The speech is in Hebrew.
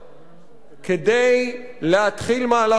כדי להתחיל מהלך של תיקון.